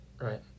right